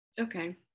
okay